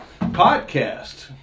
podcast